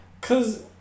cause